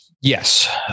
Yes